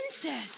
princess